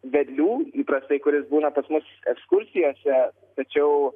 vedlių įprastai kuris būna pas mus ekskursijose tačiau